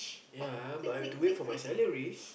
ya but I have to wait for my salary